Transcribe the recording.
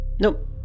Nope